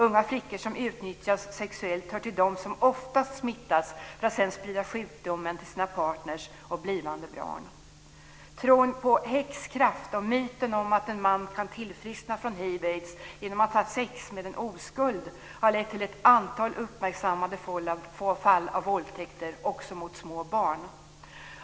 Unga flickor som utnyttjas sexuellt hör till dem som oftast smittas för att sedan sprida sjukdomen till sina partner och blivande barn. Tron på häxkraft och myten om att en man kan tillfriskna från hiv/aids genom att ha sex med en oskuld har lett till ett antal uppmärksammade fall av våldtäkter också av små barn.